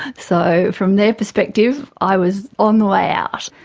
so from their perspective i was on the way out.